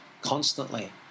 constantly